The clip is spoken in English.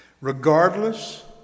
Regardless